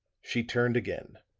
she turned again.